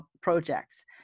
projects